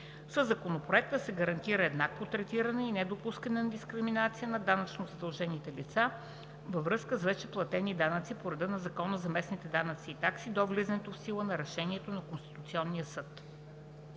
Със Законопроекта се гарантира еднаквото третиране и недопускане на дискриминация на данъчно задължените лица във връзка с вече платени данъци по реда на Закона за местните данъци и такси до влизането в сила на Решението на Конституционния съд.